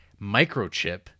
Microchip